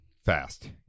Fast